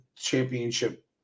championship